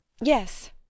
Yes